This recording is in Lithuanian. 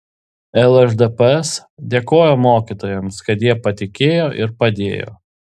lšdps dėkojo mokytojams kad jie patikėjo ir padėjo